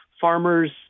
farmers